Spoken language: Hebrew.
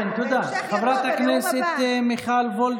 תודה, חברת הכנסת סטרוק.